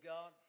God